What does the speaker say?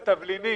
זה לשני הענפים.